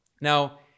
Now